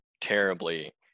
terribly